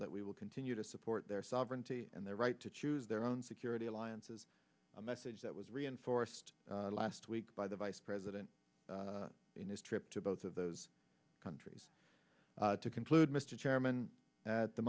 that we will continue to support their sovereignty and their right to choose their own security alliance is a message that was reinforced last week by the vice president in his trip to both of those countries to conclude mr chairman at the